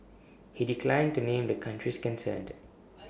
he declined to name the countries concerned